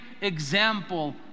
example